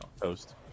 Toast